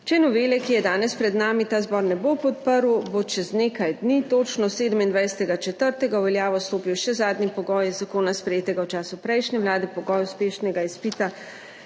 Če novele, ki je danes pred nami, ta zbor ne bo podprl, bo čez nekaj dni, točno 27. 4., v veljavo stopil še zadnji pogoj iz zakona, sprejetega v času prejšnje vlade, pogoj uspešno